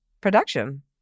production